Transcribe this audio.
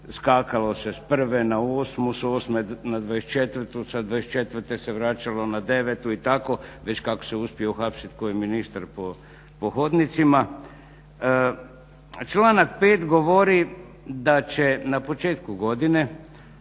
Skakalo se s prve na osmu, s osme na dvadesetčetvrtu, s dvadesetčetvrtu se vraćalo na devetu i tako već kako se uspije "uhapsiti" koji ministar po hodnicima. Članak 5. govori da će na početku godine